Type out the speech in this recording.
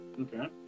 okay